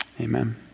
Amen